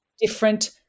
different